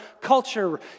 culture